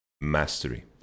Mastery